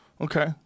okay